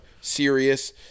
serious